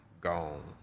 gone